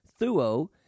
thuo